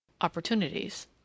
opportunities